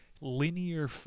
linear